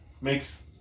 makes